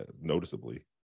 noticeably